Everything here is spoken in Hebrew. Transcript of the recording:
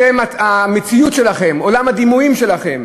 אתם, המציאות שלכם, עולם הדימויים שלכם,